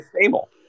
stable